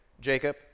Jacob